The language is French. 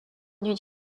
d’une